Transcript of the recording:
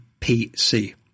PC